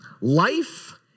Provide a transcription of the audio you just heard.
life